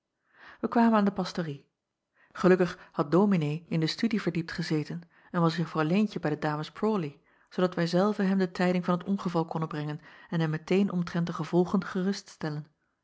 ij kwamen aan de pastorie elukkig had ominee in de studie verdiept gezeten en was uffrouw eentje bij de ames rawley zoodat wij zelve hem de tijding van het ongeval konnen brengen en hem meteen omtrent de gevolgen